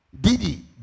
Didi